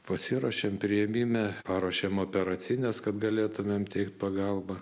pasiruošėm priėmime paruošėm operacines kad galėtumėm teikt pagalbą